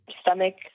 stomach